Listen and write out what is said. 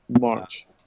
March